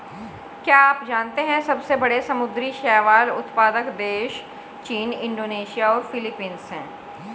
क्या आप जानते है सबसे बड़े समुद्री शैवाल उत्पादक देश चीन, इंडोनेशिया और फिलीपींस हैं?